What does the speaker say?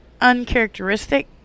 uncharacteristic